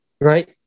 right